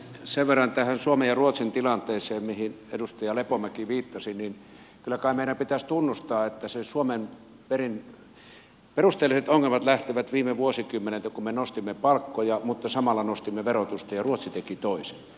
sen verran tähän suomen ja ruotsin tilanteeseen mihin edustaja lepomäki viittasi että kyllä kai meidän pitäisi tunnustaa että suomen perusteelliset ongelmat lähtevät viime vuosikymmeneltä kun me nostimme palkkoja mutta samalla nostimme verotusta ja ruotsi teki toisin